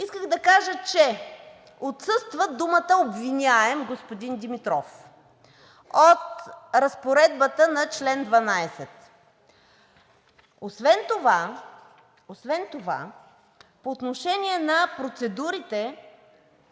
Исках да кажа, че отсъства думата „обвиняем“, господин Димитров, от разпоредбата на чл. 12. Освен това по отношение на процедурите,